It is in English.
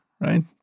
right